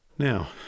Now